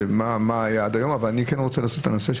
של מה שהיה עד היום אבל אני רוצה לגעת בנושא של